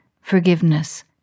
forgiveness